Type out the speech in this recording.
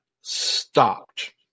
stopped